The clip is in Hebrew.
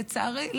לצערי,